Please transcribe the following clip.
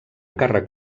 càrrec